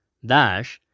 dash